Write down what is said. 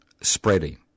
spreading